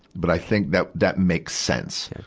but i think that, that makes sense.